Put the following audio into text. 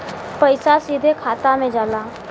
पइसा सीधे खाता में जाला